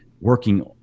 working